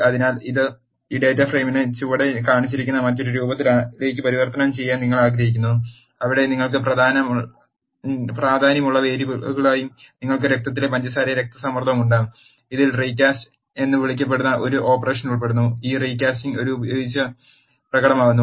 അതിനാൽ ഇപ്പോൾ ഈ ഡാറ്റ ഫ്രെയിമിനെ ചുവടെ കാണിച്ചിരിക്കുന്ന മറ്റൊരു രൂപത്തിലേക്ക് പരിവർത്തനം ചെയ്യാൻ നിങ്ങൾ ആഗ്രഹിക്കുന്നു അവിടെ നിങ്ങൾക്ക് പ്രാധാന്യമുള്ള വേരിയബിളുകളായി നിങ്ങൾക്ക് രക്തത്തിലെ പഞ്ചസാരയും രക്തസമ്മർദ്ദവും ഉണ്ട് ഇതിൽ റീകാസ്റ്റിംഗ് എന്ന് വിളിക്കപ്പെടുന്ന ഒരു ഓപ്പറേഷൻ ഉൾപ്പെടുന്നു ഈ റീകാസ്റ്റിംഗ് ഒരു ഉപയോഗിച്ച് പ്രകടമാക്കുന്നു